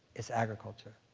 it's agriculture.